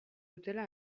dutela